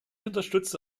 unterstütze